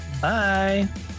Bye